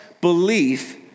belief